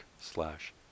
slash